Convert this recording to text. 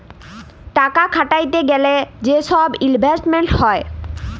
টাকা খাটাইতে গ্যালে যে ছব ইলভেস্টমেল্ট হ্যয়